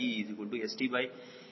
687514